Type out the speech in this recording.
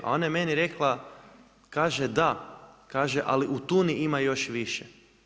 A ona je meni rekla, kaže: „Da.“, kaže: „Ali u tuni ima još više“